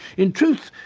in truth,